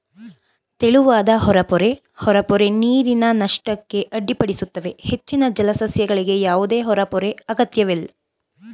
ತೆಳುವಾದ ಹೊರಪೊರೆ ಹೊರಪೊರೆ ನೀರಿನ ನಷ್ಟಕ್ಕೆ ಅಡ್ಡಿಪಡಿಸುತ್ತವೆ ಹೆಚ್ಚಿನ ಜಲಸಸ್ಯಗಳಿಗೆ ಯಾವುದೇ ಹೊರಪೊರೆ ಅಗತ್ಯವಿಲ್ಲ